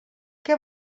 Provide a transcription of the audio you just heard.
què